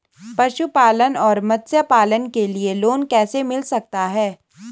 पशुपालन और मत्स्य पालन के लिए लोन कैसे मिल सकता है?